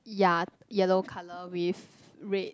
ya yellow color with red